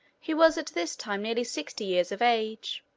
he was at this time nearly sixty years of age.